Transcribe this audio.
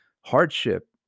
hardship